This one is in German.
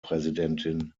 präsidentin